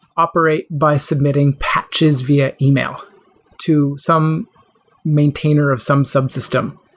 operate by submitting patches via email to some maintainer of some subsystem.